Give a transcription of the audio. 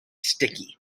sticky